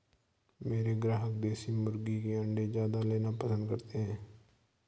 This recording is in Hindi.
मेरे ग्राहक देसी मुर्गी के अंडे ज्यादा लेना पसंद करते हैं